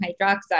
hydroxide